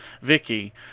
Vicky